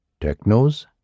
Technos